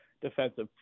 defensive